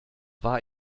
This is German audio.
war